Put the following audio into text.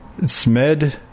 Smed